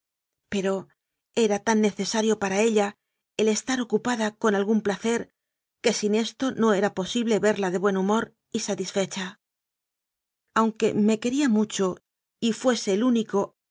pero era tan necesario para ella el estar ocupada con algún placer que sin esto no era posible verla de buen humor y sa tisfecha aunque me quería mucho y fuese el úni